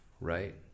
right